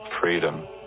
freedom